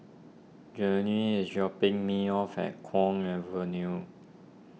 Journey is dropping me off at Kwong Avenue